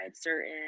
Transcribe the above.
certain